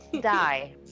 die